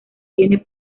tiene